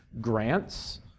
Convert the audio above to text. grants